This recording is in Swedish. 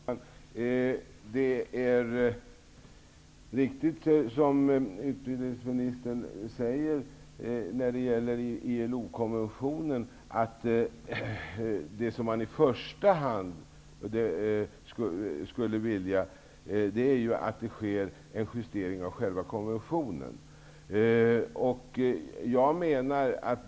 ru talman! Det är riktigt som utbildningsministern säger att det bästa vore om det blev en justering av själva konventionen.